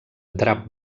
drap